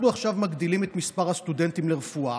אנחנו עכשיו מגדילים את מספר הסטודנטים לרפואה.